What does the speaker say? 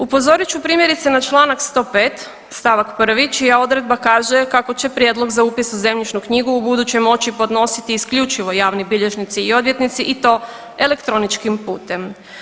Upozorit ću primjerice na Članak 105. stavak 1. čija odredba kazuje kako će prijedlog za upis u zemljišnu knjigu u buduće moći podnositi isključivo javni bilježnici i odvjetnici i to elektroničkim putem.